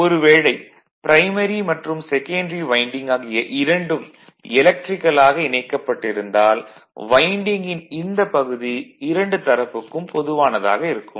ஒரு வேளை ப்ரைமரி மற்றும் செகன்டரி வைண்டிங் ஆகிய இரண்டும் எலக்ட்ரிகல்லாக இணைக்கப்பட்டு இருந்தால் வைண்டிங்கின் இந்த பகுதி இரண்டு தரப்புக்கும் பொதுவானதாக இருக்கும்